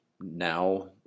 now